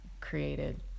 created